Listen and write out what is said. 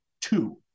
two